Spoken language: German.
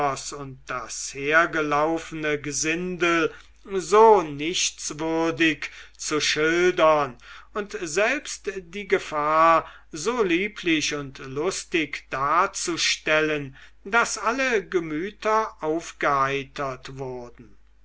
und das hergelaufene gesindel so nichtswürdig zu schildern und selbst die gefahr so lieblich und lustig darzustellen daß alle gemüter aufgeheitert wurden